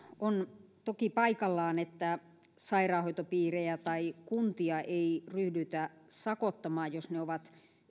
on toki paikallaan että sairaanhoitopiirejä tai kuntia ei ryhdytä sakottamaan jos ne ovat